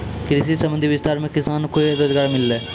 कृषि संबंधी विस्तार मे किसान के रोजगार मिल्लै